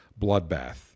bloodbath